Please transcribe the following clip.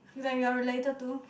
it's like you are related to